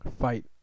fight